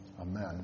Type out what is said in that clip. Amen